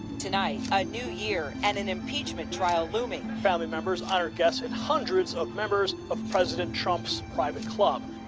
tonight, a new year, and an impeachment trial looming. family members, honored guests, and hundreds of members of president trump's private club.